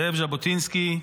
זאב ז'בוטינסקי,